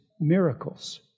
miracles